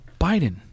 Biden